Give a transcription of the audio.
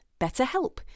BetterHelp